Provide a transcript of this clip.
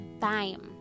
time